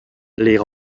les